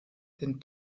den